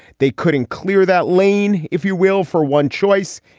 they couldn't clear that lane, if you will, for one choice.